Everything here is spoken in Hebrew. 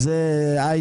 זה גם לא חוק